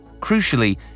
Crucially